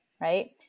right